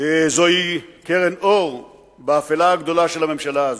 זוהי קרן אור באפלה הגדולה של הממשלה הזו.